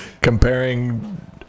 Comparing